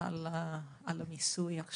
על המיסוי על